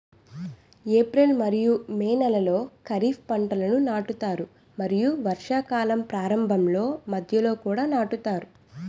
April మరియు May నెలలో ఖరీఫ్ పంటలను నాటుతారు మరియు వర్షాకాలం ప్రారంభంలో మధ్యలో కూడా నాటుతారు